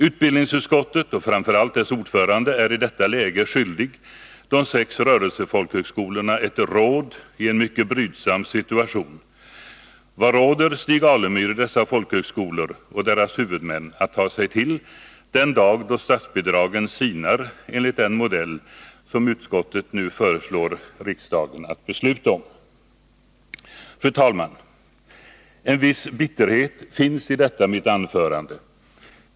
Utbildningsutskottet — och framför allt dess ordförande — är i detta läge skyldigt de sex rörelsefolkhögskolorna ett råd i en mycket brydsam situation. Vad råder Stig Alemyr dessa folkhögskolor och deras huvudmän att ta sig till den dag då statsbidragen sinar enligt den modell som utskottet nu föreslår riksdagen att besluta om? Fru talman! En viss bitterhet finns i detta mitt anförande.